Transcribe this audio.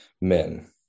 men